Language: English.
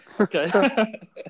Okay